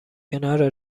کنار